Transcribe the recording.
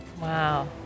Wow